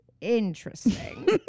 interesting